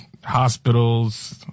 hospitals